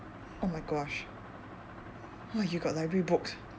oh my gosh !wah! you got library books